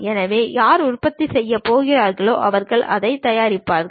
எனவே யார் உற்பத்தி செய்யப் போகிறார்களோ அவர்கள் அதைத் தயாரிப்பார்கள்